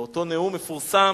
לאותו נאום מפורסם,